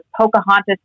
Pocahontas